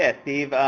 ah steve,